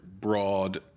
broad